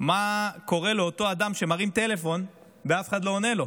מה קורה לאותו אדם שמרים טלפון ואף אחד לא עונה לו,